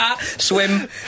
Swim